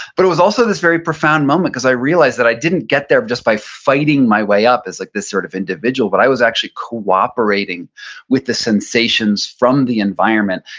but it was also this very profound moment cause i realized that i didn't get there just by fighting my way up as like this sort of individual, but i was actually cooperating with the sensations from the environment.